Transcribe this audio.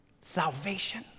salvation